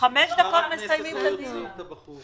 לעמוד רב ראשי שהוא נשיא בית הדין הרבני הגדול,